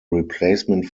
replacement